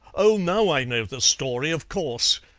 oh, now i know the story, of course.